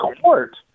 court